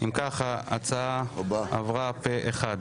הצבעה אושר.